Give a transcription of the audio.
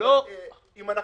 אם אנחנו